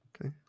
Okay